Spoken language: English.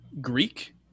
Greek